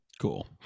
Cool